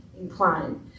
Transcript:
incline